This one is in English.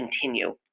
continue